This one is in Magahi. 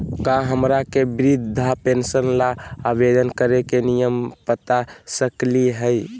का हमरा के वृद्धा पेंसन ल आवेदन करे के नियम बता सकली हई?